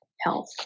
health